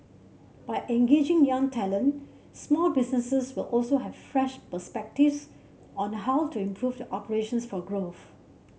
by engaging young talent small businesses will also have fresh perspectives on how to improve the operations for growth